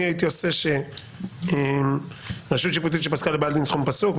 אני הייתי אומר שרשות שיפוטית שפסקה לבעל דין סכום פסוק,